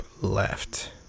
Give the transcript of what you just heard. left